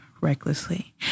recklessly